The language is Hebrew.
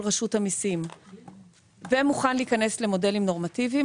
רשות המסים ומוכן להיכנס למודלים נורמטיביים,